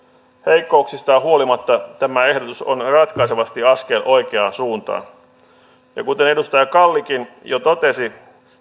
heikkouksistaan huolimatta tämä ehdotus on on ratkaisevasti askel oikeaan suuntaan kuten edustaja kallikin jo totesi